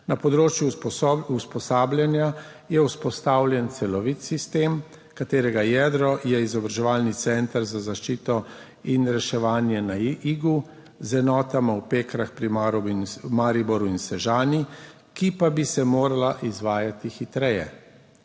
Na področju usposabljanja je vzpostavljen celovit sistem, katerega jedro je Izobraževalni center za zaščito in reševanje na Igu z enotama v Pekrah pri Mariboru in Sežani, ki pa bi se morala izvajati hitreje.